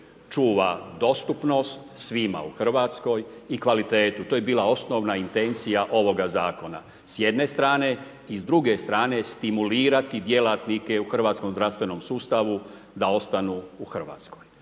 čuva dostupnost svima u Hrvatskoj i kvalitetu, to je bila osnovna intencija ovoga zakona s jedne strane i s druge strane stimulirati djelatnike u hrvatskom zdravstvenom sustavu da ostanu u Hrvatskoj.